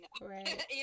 Right